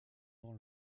dans